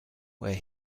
where